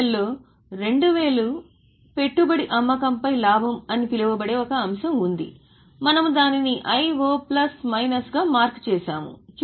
P L లో 2000 పెట్టుబడి అమ్మకంపై లాభం అని పిలువబడే ఒక అంశం ఉంది మనము దానిని I O ప్లస్ మైనస్ గా మార్కు చేసాము